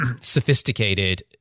sophisticated